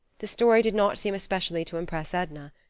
the story did not seem especially to impress edna.